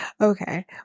Okay